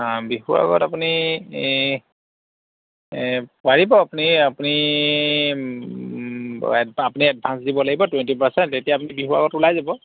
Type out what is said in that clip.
অ' বিহুৰ আগত আপুনি ই এ পাৰিব আপুনি আপুনি আপুনি এডভান্স দিব লাগিব টুৱেন্টি পাৰচেন্ট তেতিয়া আপুনি বিহু আগত ওলাই যাব